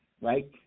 right